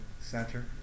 Center